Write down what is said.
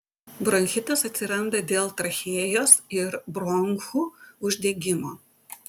bronchitas atsiranda dėl trachėjos ir bronchų uždegimo